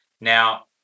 Now